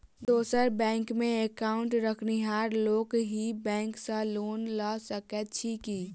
दोसर बैंकमे एकाउन्ट रखनिहार लोक अहि बैंक सँ लोन लऽ सकैत अछि की?